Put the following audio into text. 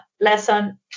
lesson